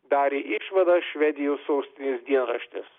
darė išvadą švedijos sostinės dienraštis